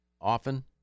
often